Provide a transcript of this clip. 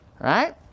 right